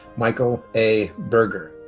michael a. burgher.